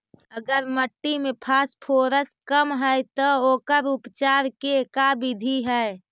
अगर मट्टी में फास्फोरस कम है त ओकर उपचार के का बिधि है?